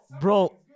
bro